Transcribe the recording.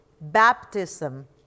baptism